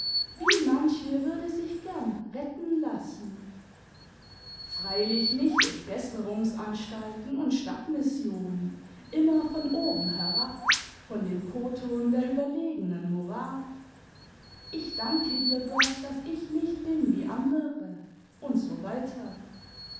wie manche würde sich gern retten lassen freiuch nicht durch besserungsanstalten und stadtmissionen immer von oben herab von dem kothurn der überlegenen moral ich danke dir gott daß ich nicht bin wie andere und so weiter